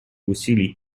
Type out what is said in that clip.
усилий